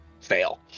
fail